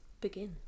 begin